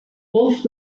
wolf